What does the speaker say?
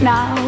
Now